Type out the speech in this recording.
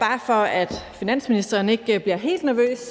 Bare for at finansministeren ikke bliver helt nervøs,